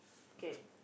get